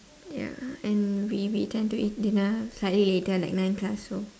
yeah and we we tend to eat dinner slightly later like nine plus so